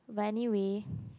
but anyway